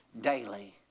daily